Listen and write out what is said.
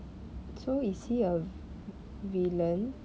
so is he a villain